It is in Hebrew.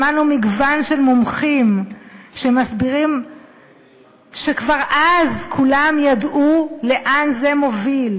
שמענו מגוון של מומחים שמסבירים שכבר אז כולם ידעו לאן זה מוביל.